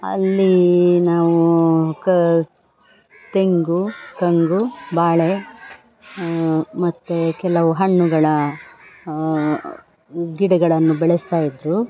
ಅಲ್ಲಿ ನಾವು ಕ ತೆಂಗು ಕಂಗು ಬಾಳೆ ಮತ್ತು ಕೆಲವು ಹಣ್ಣುಗಳ ಗಿಡಗಳನ್ನು ಬೆಳೆಸ್ತಾ ಇದ್ದರು